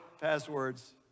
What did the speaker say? passwords